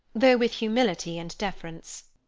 though with humility and deference.